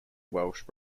welsh